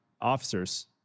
officers